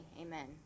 Amen